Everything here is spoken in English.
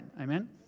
Amen